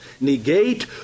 negate